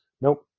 Nope